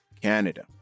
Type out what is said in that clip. Canada